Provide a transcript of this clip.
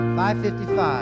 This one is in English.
555